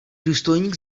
důstojník